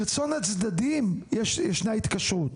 ברצון הצדדים ישנה התקשרות,